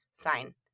sign